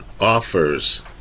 offers